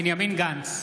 בנימין גנץ,